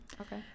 okay